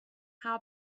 how